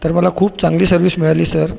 तर मला खूप चांगली सर्विस मिळाली सर